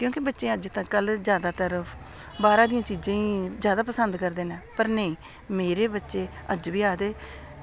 क्योंकि बच्चे अज्जकल जादैतर बाहरै दियें चीज़ें ई जादा पसंद करदे न पर नेईं मेरे बच्चे अज्ज बी आक्खदे